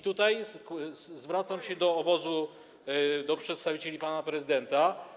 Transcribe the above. Tutaj zwracam się do obozu, do przedstawicieli pana prezydenta.